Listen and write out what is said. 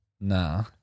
nah